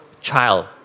child